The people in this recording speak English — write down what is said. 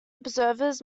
observers